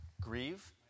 Grieve